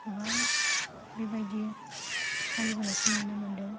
गोबां बेबादि फालिबोनायखौ नुनो मोनदों